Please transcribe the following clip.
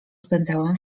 spędzałem